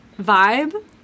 vibe